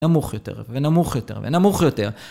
נמוך יותר, ונמוך יותר, ונמוך יותר.